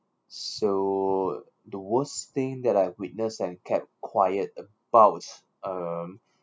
so the worst thing that I have witnessed and kept quiet about um